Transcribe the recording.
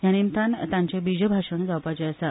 या निमतान तांचे बीजभाषण जावपाचे आसा